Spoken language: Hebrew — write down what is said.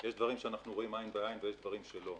יש דברים שאנחנו רואים עין בעין ויש דברים שלא.